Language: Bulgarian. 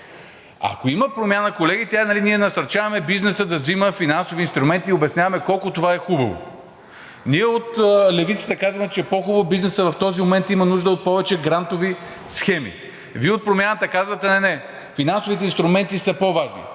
Ако има промяна, колеги, тя е – ние насърчаваме бизнесът да взима финансови инструменти и обясняваме колко това е хубаво. Ние от Левицата казваме, че по-хубаво е – бизнесът, в този момент има нужда от повече грантови схеми. Вие от „Промяната“ казвате: „Не, не, финансовите инструменти са по-важни.“